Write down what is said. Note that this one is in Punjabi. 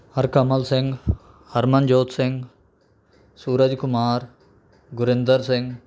ਹਰਕਮਲ ਸਿੰਘ ਹਰਮਨਜੋਤ ਸਿੰਘ ਸੂਰਜ ਕੁਮਾਰ ਗੁਰਿੰਦਰ ਸਿੰਘ